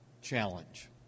challenge